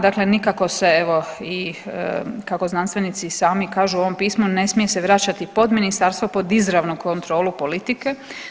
Dakle, nikako se evo i kako i znanstvenici sami kažu u ovom pismu ne smije e vraćati pod ministarstvo pod izravnu kontrolu politike.